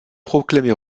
proclamé